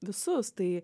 visus tai